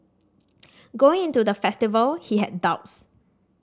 going into the festival he had doubts